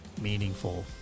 meaningful